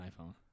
iPhone